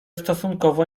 stosunkowo